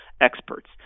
experts